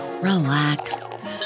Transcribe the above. relax